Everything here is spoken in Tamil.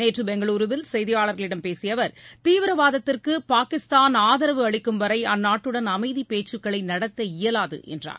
நேற்றபெங்களூருவில் செய்தியாளர்களிடம் பேசியஅவர் தீவிரவாதத்திற்குபாகிஸ்தான் ஆதரவு அளிக்கும் வரைஅந்நாட்டுடன் அமைதிப் பேச்சுக்களைநடத்த இயலாதுஎன்றார்